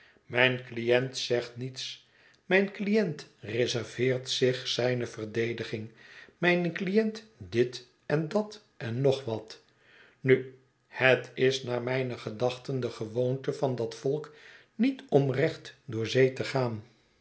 mijn cliënt zegt niets mijn cliënt reserveert zich zijne verdediging mijn cliënt dit en dat en nog wat nu het is naar mijne gedachten de gewoonte van dat volk niet om recht door zee te gaan